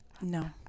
No